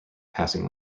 passing